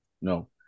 no